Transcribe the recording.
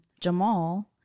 Jamal